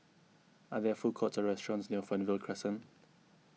are there food courts or restaurants near Fernvale Crescent